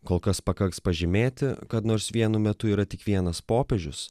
kol kas pakaks pažymėti kad nors vienu metu yra tik vienas popiežius